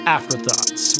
Afterthoughts